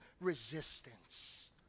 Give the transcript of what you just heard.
resistance